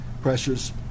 pressures